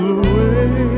away